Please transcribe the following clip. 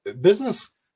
business